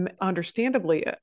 understandably